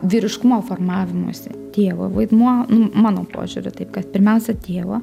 vyriškumo formavimuisi tėvo vaidmuo mano požiūriu taip kad pirmiausia tėvo